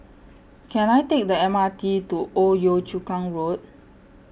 Can I Take The M R T to Old Yio Chu Kang Road